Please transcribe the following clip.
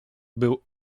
był